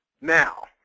Now